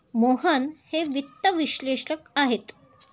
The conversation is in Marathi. मोहन हे वित्त विश्लेषक आहेत